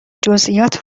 جزئیات